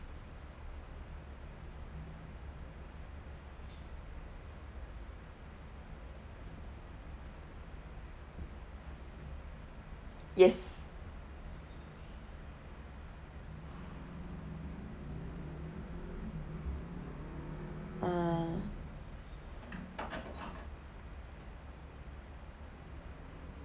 yes ah